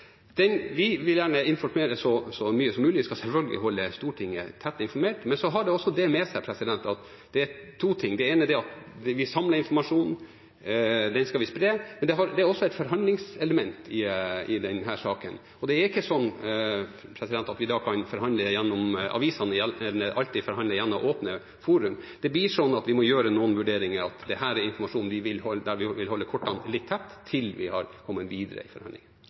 den skal vi spre, men det er også et forhandlingselement i denne saken. Det er ikke sånn at vi da kan forhandle det gjennom avisene, alltid forhandle gjennom åpne forum. Det blir sånn at vi må gjøre noen vurderinger av om dette er informasjon der vi vil holde kortene litt tett til brystet til vi har kommet videre i